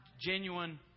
genuine